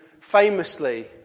famously